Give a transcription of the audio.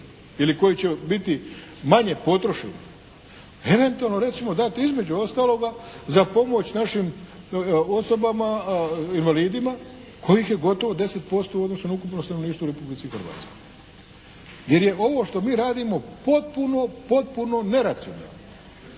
ili koji će biti manje potrošeni eventualno recimo dati između ostaloga za pomoć našim osobama invalidima kojih je gotovo 10% u odnosu na ukupno stanovništvo u Republici Hrvatskoj. Jer je ovo što mi radimo potpuno potpuno neracionalno.